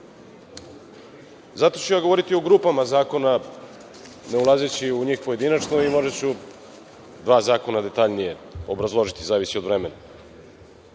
ću govoriti o grupama zakona ne ulazeći u njih pojedinačno, i možda ću dva zakona detaljnije obrazložiti, zavisi od vremena. Jedna